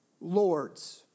lords